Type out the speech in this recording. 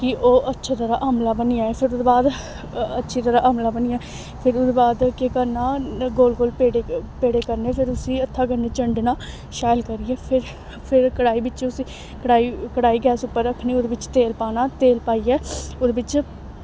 कि ओह् अच्छी तरह् अंबला बनी जाए फिर ओह्दे बाद अच्छी तरह् अंबला बनी जाए फिर ओह्दे बाद केह् करना गोल गोल पेड़े पेड़े करने फिर उसी हत्था कन्नै चंडना शैल करियै फिर फिर कड़ाही बिच्च उसी कड़ाही कड़ाही गैस उप्पर रक्खनी ओह्दे बिच्च तेल पाना तेल पाइयै ओह्दे बिच्च